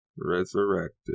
Resurrected